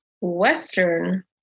Western